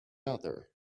other